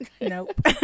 nope